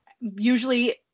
usually